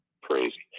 crazy